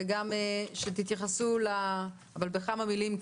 וגם שתתייחסו בכמה מילים.